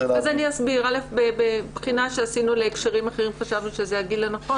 שעשינו בהקשרים אחרים חשבנו שזה הגיל הנכון